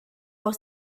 was